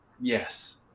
yes